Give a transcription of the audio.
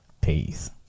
peace